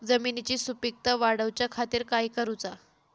जमिनीची सुपीकता वाढवच्या खातीर काय करूचा?